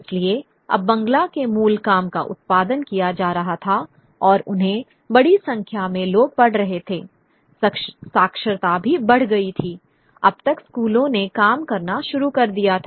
इसलिए अब बंगला में मूल काम का उत्पादन किया जा रहा था और उन्हें बड़ी संख्या में लोग पढ़ रहे थे साक्षरता भी बढ़ गई थी अब तक स्कूलों ने काम करना शुरू कर दिया था